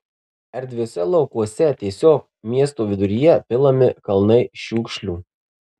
erdviuose laukuose tiesiog miesto viduryje pilami kalnai šiukšlių